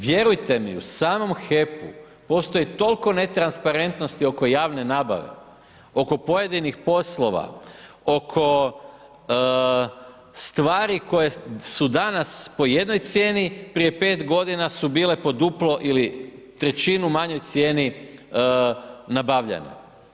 Vjerujte mi u samom HEP-u postoji toliko netransparentnosti oko javne nabave, oko pojedinih poslova, oko stvari koje su danas po jednoj cijeni, prije 5 g. su bile duplo ili trećinu manjoj cijeni nabavljene.